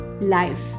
life